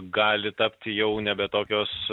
gali tapti jau nebe tokios